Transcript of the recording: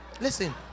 Listen